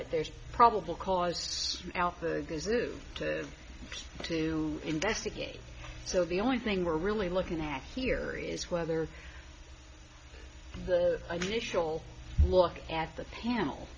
it there's probable cause out the gazoo to investigate so the only thing we're really looking at here is whether an initial look at the panel